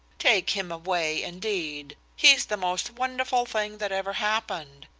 take him away, indeed! he's the most wonderful thing that ever happened.